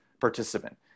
participant